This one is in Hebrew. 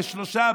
לשלושה,